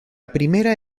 primera